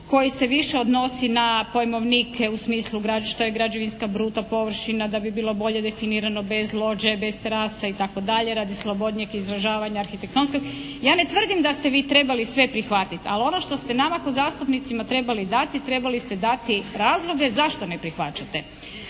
koji se više odnosi na pojmovnike u smislu što je građevinska bruto površina, da bi bilo bolje definirano bez lođe, bez terase itd., radi slobodnijeg izražavanja arhitektonskog. Ja ne tvrdim da ste vi trebali sve prihvatit ali ono što ste nama kao zastupnicima trebali dati, trebali ste dati razloge zašto ne prihvaćate.